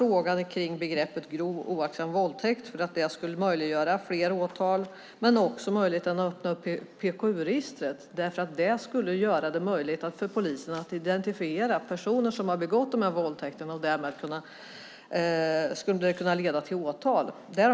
Åtalsbegreppet grov oaktsam våldtäkt skulle möjliggöra fler åtal och att öppna upp PKU-registret skulle göra det möjligt för polisen att identifiera personer som begått våldtäkter, vilket skulle kunna leda till åtal.